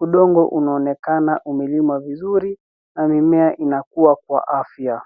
Udongo unaonekana umelimwa vizuri na mimea inakua kwa afya.